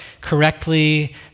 correctly